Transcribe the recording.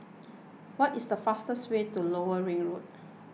what is the fastest way to Lower Ring Road